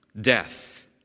death